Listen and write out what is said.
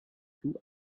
two